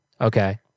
Okay